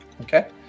Okay